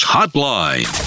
Hotline